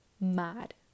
mad